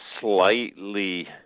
slightly